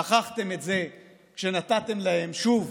שכחתם את זה כשנתתם להם שוב